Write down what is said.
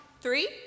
three